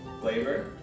flavor